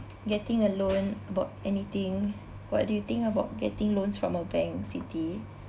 getting a loan about anything what do you think about getting loans from a bank siti